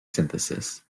synthesis